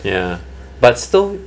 ya but still